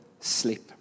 sleep